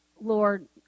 Lord